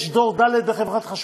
יש דור ד' בחברת החשמל.